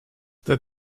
that